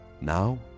Now